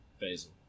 Basil